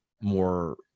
more